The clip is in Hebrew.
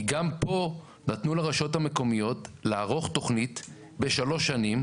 כי גם פה נתנו לרשויות המקומיות לערוך תכנית בשלוש שנים,